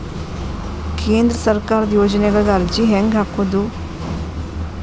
ಕೇಂದ್ರ ಸರ್ಕಾರದ ಯೋಜನೆಗಳಿಗೆ ಅರ್ಜಿ ಹೆಂಗೆ ಹಾಕೋದು?